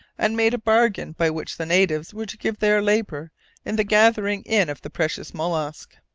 and made a bargain by which the natives were to give their labour in the gathering-in of the precious mollusk.